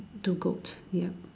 two goats yup